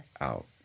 out